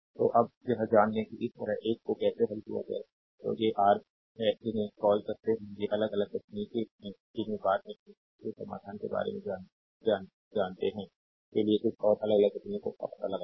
तो अब यह जान लें कि इस एक को कैसे हल किया जाए तो ये आर हैं जिन्हें कॉल करते हैं ये अलग अलग तकनीकें हैं जिन्हें बाद में हम इसके समाधान के बारे में जानने के लिए कुछ और अलग अलग तकनीकों का पता लगाएंगे